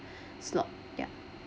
slot ya